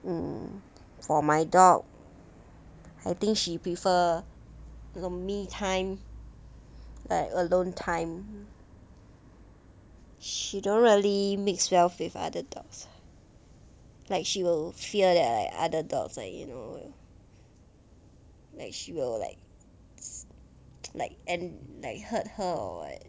mm for my dog I think she prefer 这个 me time like alone time she dont really mix well with other dogs like she will fear like other dogs like you know like she will like like end like hurt her or what